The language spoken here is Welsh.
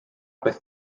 beth